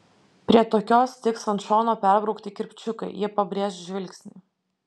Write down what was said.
prie tokios tiks ant šono perbraukti kirpčiukai jie pabrėš žvilgsnį